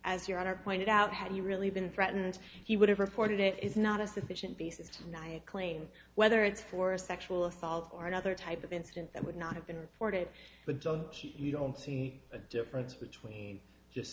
as your honor pointed out had you really been threatened he would have reported it is not a sufficient basis to night clane whether it's for a sexual assault or another type of incident that would not have been reported but don't you don't see a difference between just